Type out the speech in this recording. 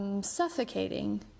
suffocating